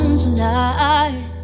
tonight